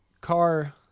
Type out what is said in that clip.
car